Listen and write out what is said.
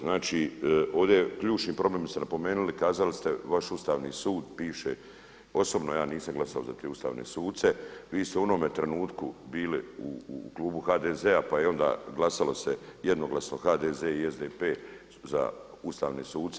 Znači ovdje je ključni problem što ste napomenuli, kazali ste vaš ustavni sud piše osobno, ja nisam glasao za te ustavne suce, vi ste u onome trenutku bili u klubu HDZ-a pa se onda glasalo jednoglasno HDZ i SDP za ustavne suce.